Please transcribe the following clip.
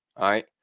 right